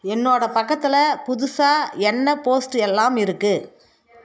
என்னோட பக்கத்தில் புதுசாக என்ன போஸ்ட் எல்லாம் இருக்கு